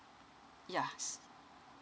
ya